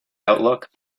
outlook